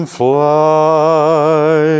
fly